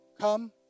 Come